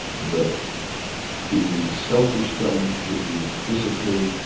that it means self-restraint, it means discipline,